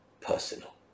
personal